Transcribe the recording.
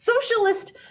Socialist